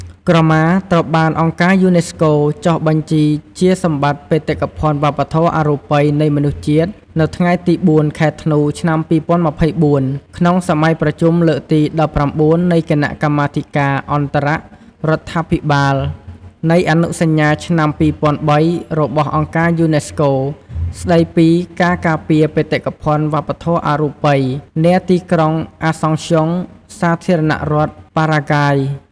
ក្រមា ត្រូវបានអង្គការយូណេស្កូ ចុះបញ្ជីជាសម្បត្តិបេតិកភណ្ឌវប្បធម៌អរូបីនៃមនុស្សជាតិ នៅថ្ងៃទី៤ ខែធ្នូ ឆ្នាំ២០២៤ ក្នុងសម័យប្រជុំលើកទី១៩ នៃគណៈកម្មាធិការអន្តររដ្ឋាភិបាលនៃអនុសញ្ញាឆ្នាំ២០០៣របស់អង្គការយូណេស្កូ ស្តីពី «ការការពារបេតិកភណ្ឌវប្បធម៌អរូបី» នាទីក្រុងអាសង់ស្យុង សាធារណរដ្ឋប៉ារ៉ាហ្គាយ។